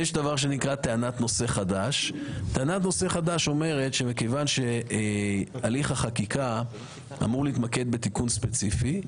טענת נושא חדש אומרת שמכיוון שהליך החקיקה אמור להתמקד בתיקון ספציפי,